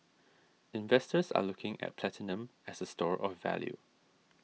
investors are looking at platinum as a store of value